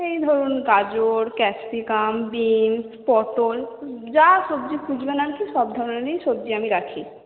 এই ধরুন গাজর ক্যাপসিকাম বিনস পটল যা সবজি খুঁজবেন আপনি সব ধরনেরই সবজি আমি রাখি